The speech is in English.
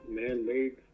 man-made